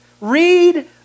Read